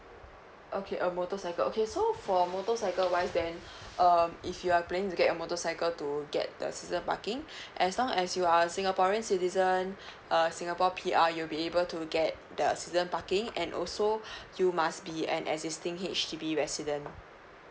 okay uh motorcycle okay so for motorcycle wise then um if you are planning to get your motorcycle to get the season parking as long as you are a singaporean citizen a singapore P_R you'll be able to get the season parking and also you must be an existing H_D_B resident